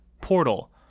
portal